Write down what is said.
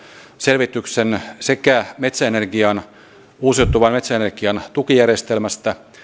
selvityksen sekä uusiutuvan metsäenergian tukijärjestelmästä